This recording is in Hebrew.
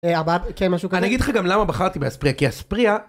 אה, אבא, כן משהו כזה. אני אגיד לך גם למה בחרתי באספרייה, כי אספרייה...